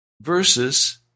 Versus